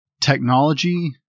technology